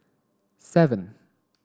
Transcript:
seven